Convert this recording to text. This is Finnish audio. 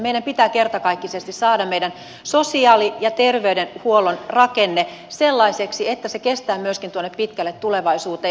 meidän pitää kertakaikkisesti saada meidän sosiaali ja terveydenhuoltomme rakenne sellaiseksi että se kestää myöskin pitkälle tulevaisuuteen